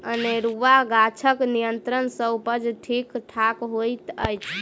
अनेरूआ गाछक नियंत्रण सँ उपजा ठीक ठाक होइत अछि